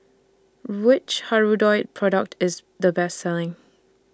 Which Hirudoid Product IS The Best Selling